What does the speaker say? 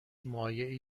مایعی